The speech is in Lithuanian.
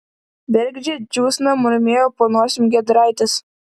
bergždžia džiūsna murmėjo po nosim giedraitis